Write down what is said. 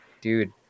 dude